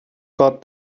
got